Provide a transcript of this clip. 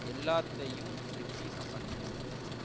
எல்லாத்தையும் ரிபீட் பண்ணு